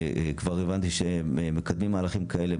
כבר הבנתי שמקדמים מהלכים כאלה.